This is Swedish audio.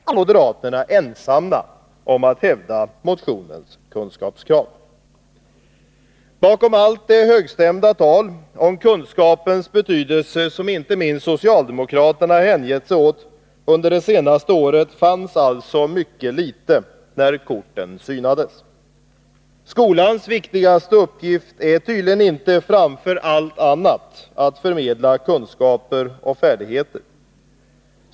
Herr talman! Moderata samlingspartiet har i en partimotion begärt att riksdagen skall klargöra att kunskapsmålet skall ges prioritet framför andra uppgifter som pålagts skolan. Oskuldsfullt trodde vi att ett sådant motionsyrkande faktiskt skulle kunna vinna allmän anslutning. Döm om vår förvåning när det nu visar sig att i riksdagens utbildningsutskott moderaterna är ensamma om att hävda motionens kunskapskrav! Bakom allt det högstämda tal om kunskapernas betydelse som inte minst socialdemokraterna hängett sig åt det senaste året fanns alltså mycket litet när korten synades. Skolans viktigaste uppgift är tydligen inte framför allt annat att förmedla kunskaper och färdigheter.